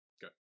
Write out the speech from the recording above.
good